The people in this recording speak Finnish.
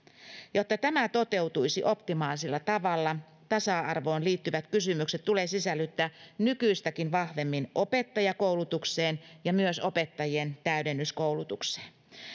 jotta tämä toteutuisi optimaalisella tavalla tasa arvoon liittyvät kysymykset tulee sisällyttää nykyistäkin vahvemmin opettajakoulutukseen ja myös opettajien täydennyskoulutukseen